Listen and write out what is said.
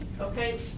Okay